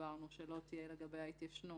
שדיברנו עליה, שלא תהיה לגביה התיישנות.